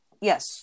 Yes